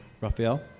Raphael